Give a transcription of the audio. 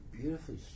beautifully